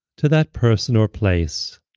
to that person or place